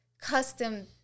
custom